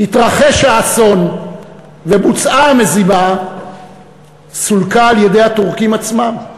התרחש האסון ובוצעה המזימה סולקה על-ידי הטורקים עצמם.